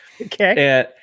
Okay